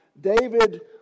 David